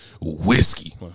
Whiskey